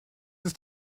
ist